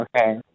Okay